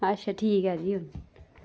अच्छा ठीक ऐ जी